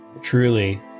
truly